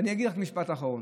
ואני אגיד רק משפט אחרון: